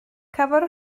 cafodd